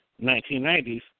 1990s